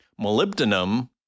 molybdenum